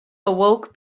awoke